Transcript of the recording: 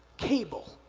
cable.